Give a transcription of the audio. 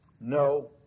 No